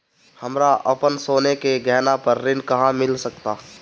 हमरा अपन सोने के गहना पर ऋण कहां मिल सकता?